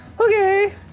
Okay